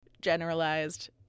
generalized